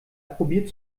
probiert